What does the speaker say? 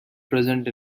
present